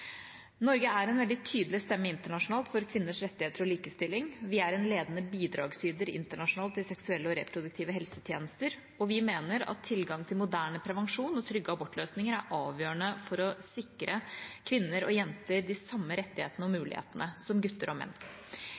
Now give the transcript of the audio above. Norge er en veldig tydelig stemme internasjonalt for kvinners rettigheter og likestilling. Vi er en ledende bidragsyter internasjonalt i seksuelle og reproduktive helsetjenester, og vi mener at tilgang til moderne prevensjon og trygge abortløsninger er avgjørende for å sikre kvinner og jenter de samme rettighetene og mulighetene som gutter og menn.